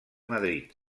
madrid